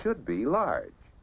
should be large